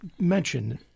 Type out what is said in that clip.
mentioned